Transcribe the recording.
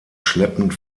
schleppend